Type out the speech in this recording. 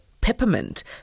peppermint